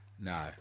No